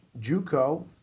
JUCO